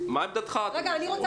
נמצא.